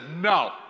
no